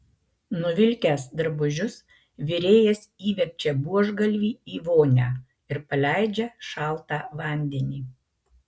nuvilkęs drabužius virėjas įverčia buožgalvį į vonią ir paleidžia šaltą vandenį